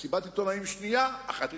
מסיבת עיתונאים שנייה, אחת לשבוע.